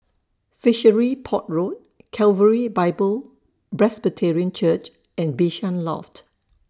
Fishery Port Road Calvary Bible Presbyterian Church and Bishan Loft